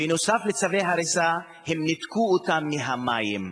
בנוסף לצווי הריסה הם ניתקו אותם מהמים,